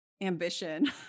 ambition